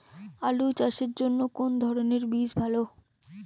আলু চাষের জন্য কোন ধরণের বীজ ভালো?